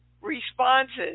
responses